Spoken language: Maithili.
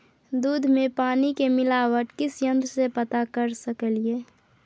दूध में पानी के मिलावट किस यंत्र से पता कर सकलिए?